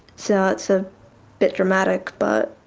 so that's a bit dramatic, but